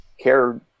care